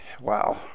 Wow